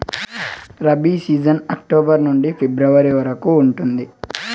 rabi season October నుండి February వరకు ఉంటుంది